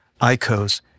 Icos